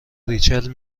ریچل